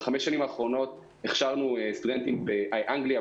ב-5 השנים האחרונות הכשרנו סטודנטים באנגליה,